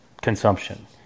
consumption